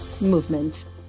movement